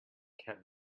kept